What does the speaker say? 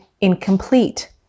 incomplete